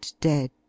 dead